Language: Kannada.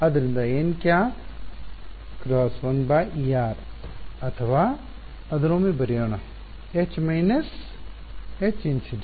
ಆದ್ದರಿಂದ nˆ × 1 εr ಅಥವಾ ಅದನ್ನು ಒಮ್ಮೆ ಬರೆಯೋಣ H Hinc